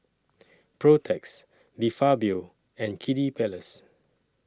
Protex De Fabio and Kiddy Palace